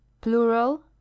Plural